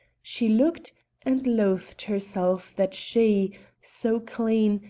she looked and loathed herself, that she so clean,